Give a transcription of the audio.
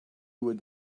would